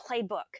playbook